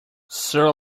sir